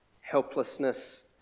helplessness